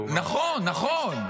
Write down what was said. נכון, נכון.